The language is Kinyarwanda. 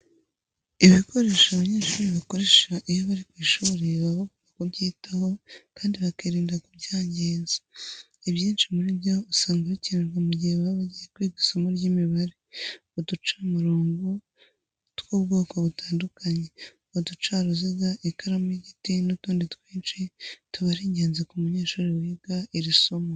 Ibikoresho abanyeshuri bakoresha iyo bari ku ishuri baba bagomba kubyitaho kandi bakirinda kubyangiza. Ibyinshi muri byo usanga bikenerwa mu gihe baba bagiye kwiga isomo ry'imibare. Uducamurongo tw'ubwoko butandukanye, uducaruziga, ikaramu y'igiti n'utundi twinshi tuba ari ingenzi ku munyeshuri wiga iri somo.